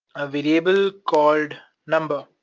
a variable called number,